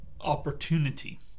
opportunity